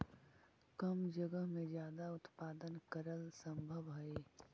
कम जगह में ज्यादा उत्पादन करल सम्भव हई